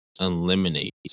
eliminate